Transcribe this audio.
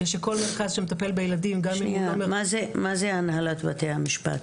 כדי שכל מרכז שמטפל בילדים --- מה זה הנהלת בתי המשפט?